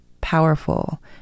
powerful